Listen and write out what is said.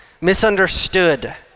misunderstood